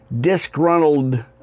disgruntled